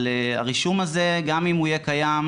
אבל הרישום הזה גם אם הוא יהיה קיים,